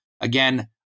Again